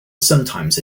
sometimes